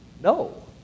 No